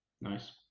nice